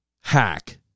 hack